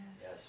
Yes